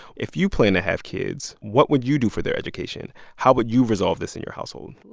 if you plan to have kids, what would you do for their education? how would you resolve this in your household?